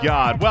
God